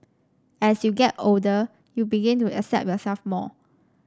as you get older you begin to accept yourself more